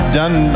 done